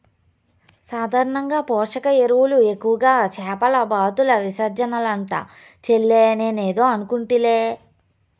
సాధారణంగా పోషక ఎరువులు ఎక్కువగా చేపల బాతుల విసర్జనలంట చెల్లే నేనేదో అనుకుంటిలే